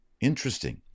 Interesting